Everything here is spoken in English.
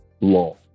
law